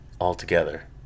altogether